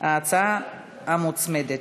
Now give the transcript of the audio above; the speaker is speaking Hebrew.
ההצעה המוצמדת.